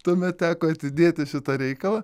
tuomet teko atidėti šitą reikalą